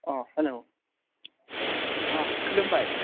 अह hello अह खुलुमबाय